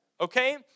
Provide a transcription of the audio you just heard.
okay